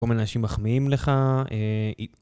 כל מיני אנשים מחמיאים לך,